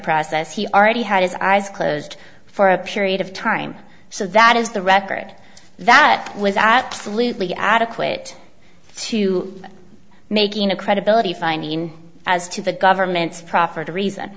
process he already had his eyes closed for a period of time so that is the record that was absolutely adequate to making a credibility finding as to the government's proffered a reason